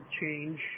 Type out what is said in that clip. change